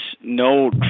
no